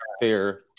fair